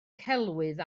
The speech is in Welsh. celwydd